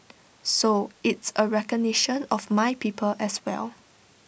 so it's A recognition of my people as well